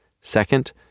Second